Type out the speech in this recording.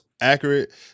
accurate